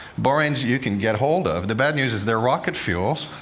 boranes you can get hold of. the bad news is they're rocket fuels.